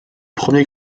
premier